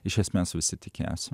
iš esmės visi tikėjosi